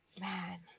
man